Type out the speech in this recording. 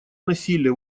насилия